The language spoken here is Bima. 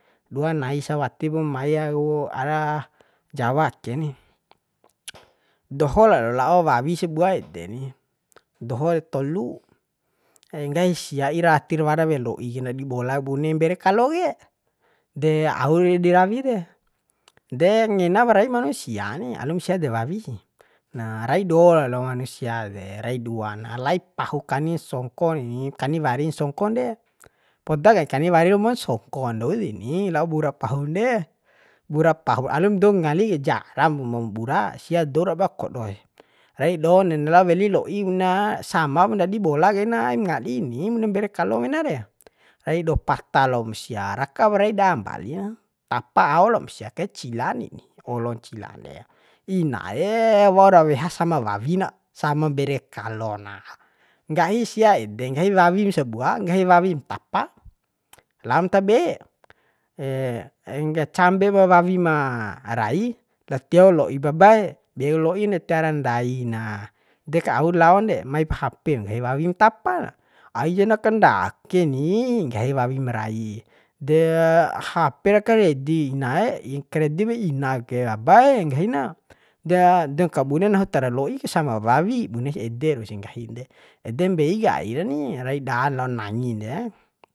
Dua nai sawatipum mai ku ara jawa ake ni doho lalo la'o wai sabua ede ni doho tolu nggahi sia ira tir wara wea lo'i ke ndadi bolak bune mbere kalo ke de au di rawi de de ngenap rai manusia ni alum sia de wawi sih nah rai do lalo manusia de rai dua na lai pahuk kani songkoneni kani warn songkon de poda kai kani wari romon songko andou deni lao bura pahun de bura bahu alum dou ngali ke jarang ma bura sia dou rabakodo sih rai don na lao weli loi ku na samap ndadi bola kaina aim ngadi ni bune mbere kalo mena re rai do pata lom sia rakap rai da mbalina tapa ao lom sia kai cila ni olon cila de inaee waur weha sama wawi na sama mbere kalo na nggahi sia ede nggahi wawim sabua nggahi wawim taba laon tabe ngge cambep wawi ma rai lao tio lo'i babaee beku loi na tiara ndai na de kaaur laon re maip hape nggahi wawim tapana aijan kandake ni nggahi wawim marai de hape ra karedi nae karedib ina ke abaee nggahi na de kabune nahu tiara lo'ik sama wawi bunes ede rau si nggahin de ede mbei kaira ni rai dan lao nangin de